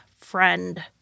friend